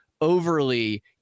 overly